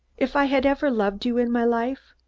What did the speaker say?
if i had ever loved you in my life,